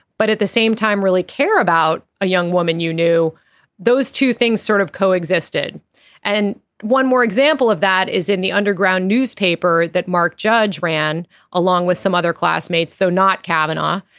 but at the same time really care about a young woman you knew those two things sort of coexisted and one more example of that is in the underground newspaper that mark judge ran along with some other classmates though not cavanaugh.